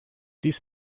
dies